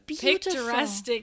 picturesque